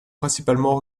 principalement